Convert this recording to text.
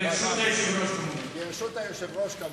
וברשות היושב-ראש, כמובן.